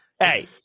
Hey